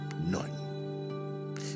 none